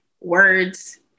words